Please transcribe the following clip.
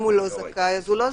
אם לא, לא.